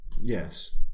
yes